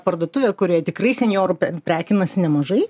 parduotuvė kurioje tikrai senjorų prekinasi nemažai